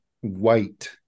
white